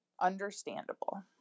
understandable